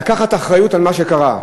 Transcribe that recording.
לקחת אחריות למה שקרה.